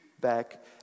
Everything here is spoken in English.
back